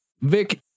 Vic